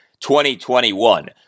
2021